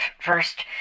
first